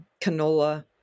canola